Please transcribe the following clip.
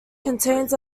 contains